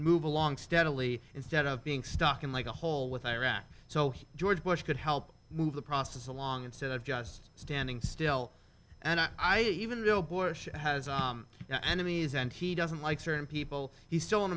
move along steadily instead of being stuck in like a hole with iraq so he george bush could help move the process along instead of just standing still and i even though bush has enemies and he doesn't like certain people he's still